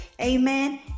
Amen